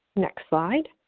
next slide.